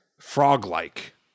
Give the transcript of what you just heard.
frog-like